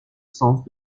sens